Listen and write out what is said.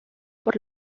por